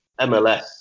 MLS